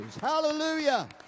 Hallelujah